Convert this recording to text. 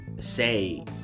say